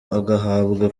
agahabwa